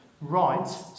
right